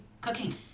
cooking